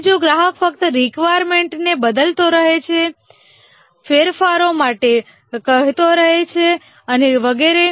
હવે જો ગ્રાહક ફક્ત રિકવાયર્મેન્ટને બદલતો રહે છે ફેરફારો માટે કહેતો રહે છે અને વગેરે